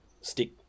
stick